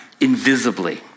invisibly